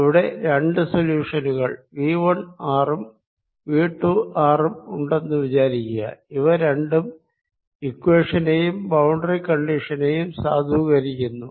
ഇവിടെ രണ്ടു സൊല്യൂഷനുകൾ V1r ഉം V2r ഉം ഉണ്ടെന്നു വിചാരിക്കുക ഇവ രണ്ടും ഇക്വേഷനെയും ബൌണ്ടറി കണ്ടിഷനെയും സാധൂകരിക്കുന്നു